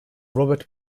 robert